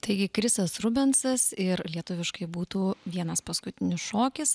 taigi krisas rubensas ir lietuviškai būtų vienas paskutinis šokis